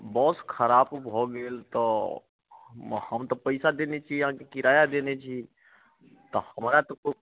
बस खराब भऽ गेल तऽ हम तऽ पैसा देने छी अहाँके किराया देने छी तऽ हमरा तऽ ओ